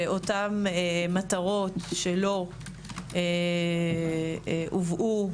שאותן מטרות שלא הובאו,